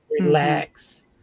relax